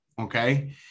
okay